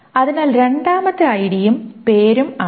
അതിനാൽ രണ്ടാമത്തേത് ഐഡിയും പേരും ആണ്